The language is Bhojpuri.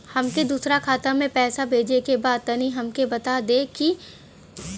हमके दूसरा खाता में पैसा भेजे के बा तनि हमके बता देती की कइसे भेजाई?